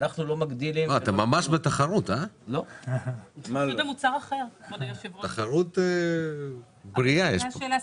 --- אתם ממש בתחרות, יש פה תחרות "בריאה"